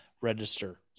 register